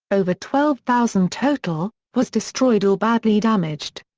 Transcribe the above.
over twelve thousand total, was destroyed or badly damaged.